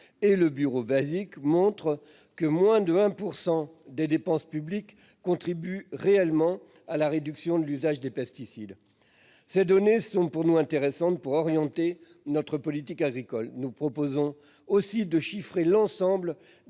et le bureau Basic : elle montre que moins de 1 % des dépenses publiques contribue réellement à la réduction de l'usage des pesticides. Ces données sont intéressantes pour orienter notre politique agricole. Nous proposons enfin de chiffrer l'ensemble